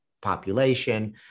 population